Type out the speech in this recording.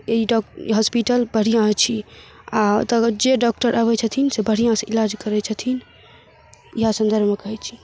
ई doc hospital बढ़िआँ अछि आओर एतऽ जे डॉक्टर अबै छथिन से बढ़िआँसँ इलाज करै छथिन इएह इएह सन्दर्भमे कहै छी